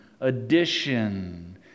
addition